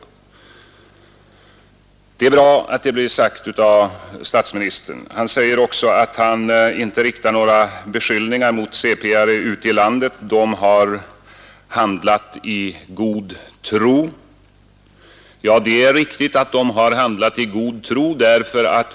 Det är bra att det blev sagt av statsministern. Statsministern säger också att han inte riktar några beskyllningar mot centerpartister ute i landet — de har handlat i god tro. Ja, det är riktigt att de har handlat i god tro.